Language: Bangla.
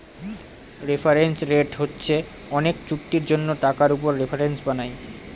রেফারেন্স রেট হচ্ছে অনেক চুক্তির জন্য টাকার উপর রেফারেন্স বানায়